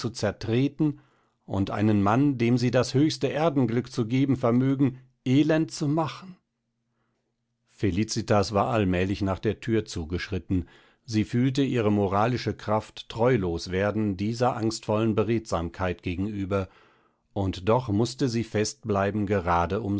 zertreten und einen mann dem sie das höchste erdenglück zu geben vermögen elend zu machen felicitas war allmählich nach der thür zugeschritten sie fühlte ihre moralische kraft treulos werden dieser angstvollen beredsamkeit gegenüber und doch mußte sie fest bleiben gerade